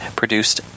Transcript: produced